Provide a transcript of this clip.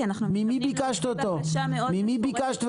ממי ביקשת את הנתון ומתי?